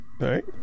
right